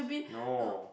no